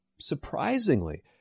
surprisingly